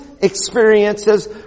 experiences